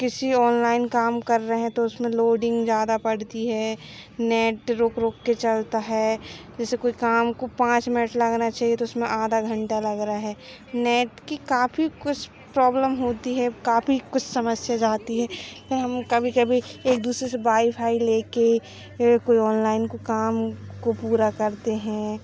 किसी ऑनलाइन काम कर रहें तो उसमें लोडिंग ज़्यादा पड़ती है नेट रुक रुक कर चलता है जैसे कोई काम को पाँच मिनट लगना चहिए तो उसमें आधा घंटा लग रहा है नेट की काफी कुछ प्रॉब्लम होती है काफी कुछ समस्या जाती है फिर हम कभी कभी एक दूसरे से बाईफ़ाई लेकर कोई ऑनलाइन को काम को पूरा करते हैं